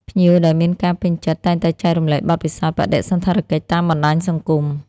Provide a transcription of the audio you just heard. ភ្ញៀវដែលមានការពេញចិត្តតែងតែចែករំលែកបទពិសោធន៍បដិសណ្ឋារកិច្ចតាមបណ្តាញសង្គម។